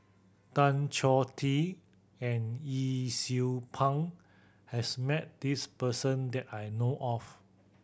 Tan Choh Tee and Yee Siew Pun has met this person that I know of